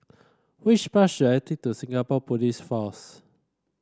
which bus should I take to Singapore Police Force